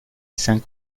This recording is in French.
cinq